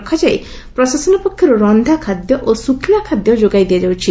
ରଖାଯାଇ ପ୍ରଶାସନ ପକ୍ଷରୁ ରକ୍ଷାଖାଦ୍ୟ ଓ ଶୁଖ୍ଲା ଖାଦ୍ୟ ଯୋଗାଇ ଦିଆଯାଉଛି